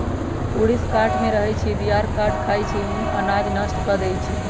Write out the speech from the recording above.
ऊरीस काठमे रहै छइ, दियार काठ खाई छइ, घुन अनाज नष्ट कऽ देइ छइ